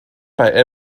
bei